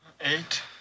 eight